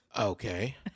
Okay